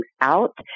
out